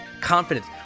confidence